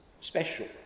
special